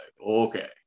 Okay